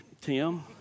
Tim